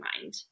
mind